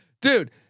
dude